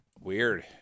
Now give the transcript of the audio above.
Weird